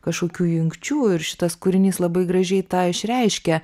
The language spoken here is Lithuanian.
kažkokių jungčių ir šitas kūrinys labai gražiai tą išreiškia